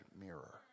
mirror